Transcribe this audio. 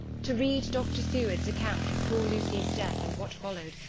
to read dr. seward's account of poor lucy's death, and what followed,